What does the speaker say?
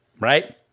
Right